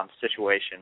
situation